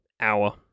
hour